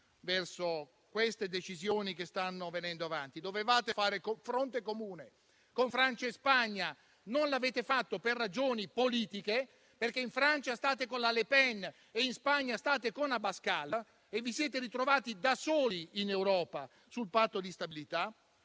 verso queste decisioni che stanno venendo avanti. Dovevate fare fronte comune con Francia e Spagna, non l'avete fatto per ragioni politiche, perché in Francia state con Le Pen e in Spagna state con Abascal, e vi siete ritrovati da soli in Europa sul Patto di stabilità